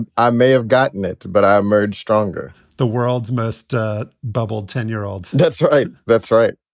and i may have gotten it, but i emerge stronger the world's most bubble, ten year old. that's right. that's right